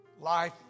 Life